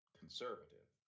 conservative